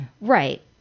Right